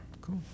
cool